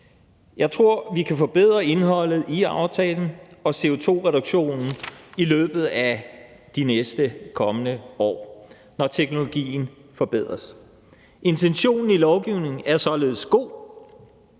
Jeg tror, at vi kan forbedre indholdet i aftalen og CO2-reduktionen i løbet af de kommende år, når teknologien forbedres. Intentionen i lovforslaget er således god.